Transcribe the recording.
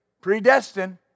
predestined